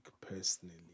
personally